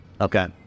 Okay